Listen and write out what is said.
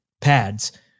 pads